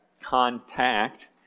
contact